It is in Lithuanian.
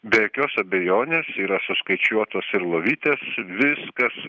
be jokios abejonės yra suskaičiuotos ir lovytės viskas